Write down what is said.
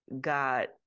got